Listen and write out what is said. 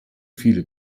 viele